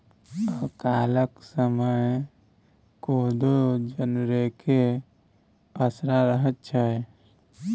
अकालक समय कोदो जनरेके असरा रहैत छै